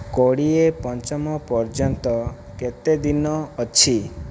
କୋଡ଼ିଏ ପଞ୍ଚମ ପର୍ଯ୍ୟନ୍ତ କେତେ ଦିନ ଅଛି